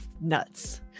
nuts